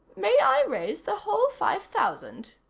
may i raise the whole five thousand?